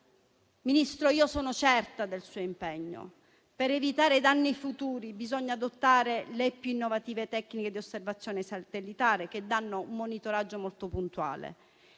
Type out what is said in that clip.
Ministro, sono certa del suo impegno. Per evitare danni futuri bisogna adottare le più innovative tecniche di osservazione satellitare che danno un monitoraggio molto puntuale.